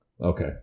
Okay